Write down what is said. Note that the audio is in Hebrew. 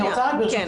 אני רוצה ברשותך,